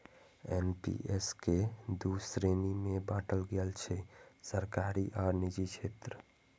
NPS कें दू श्रेणी मे बांटल गेल छै, सरकारी आ निजी क्षेत्र